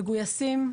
מגויסים,